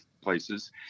places